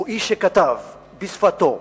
הוא איש שכתב, בשפתו,